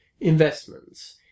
investments